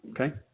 Okay